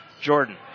Jordan